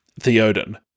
Theoden